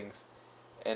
and